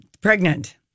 pregnant